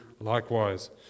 likewise